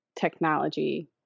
technology